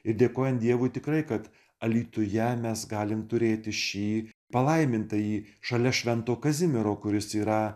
ir dėkojant dievui tikrai kad alytuje mes galime turėti šį palaimintąjį šalia švento kazimiero kuris yra